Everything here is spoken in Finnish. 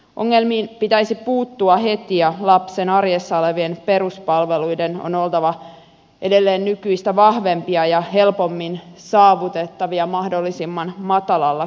ongelmiin pitäisi puuttua heti ja lapsen arjessa olevien peruspalveluiden on oltava edelleen nykyistä vahvempia ja helpommin saavutettavia mahdollisimman matalalla kynnyksellä